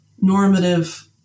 normative